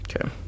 Okay